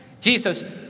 Jesus